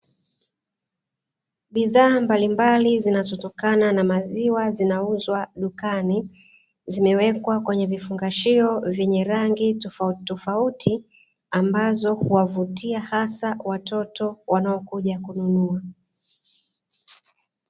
Bidhaa mbalimbali zinazotokana na maziwa, zinauzwa dukani zimewekwa kwenye vifungashio vyenye rangi tofauti tofauti ambazo huwavutia, hasa watoto wanaokuja kununua.